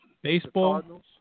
baseball